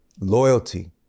loyalty